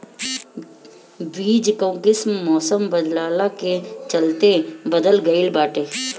बीज कअ किस्म मौसम बदलला के चलते बदल गइल बाटे